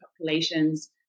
populations